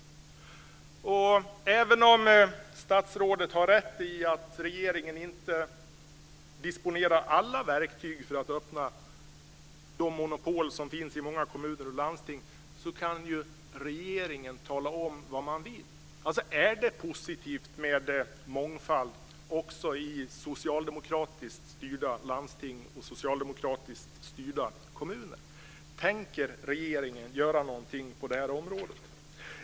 Även om statsrådet har rätt i att regeringen inte disponerar alla verktyg för att öppna de monopol som finns i många kommuner och landsting kan ju regeringen tala om vad man vill. Är det positivt med mångfald också i socialdemokratiskt styrda landsting och socialdemokratiskt styrda kommuner? Tänker regeringen göra något på det här området?